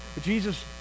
Jesus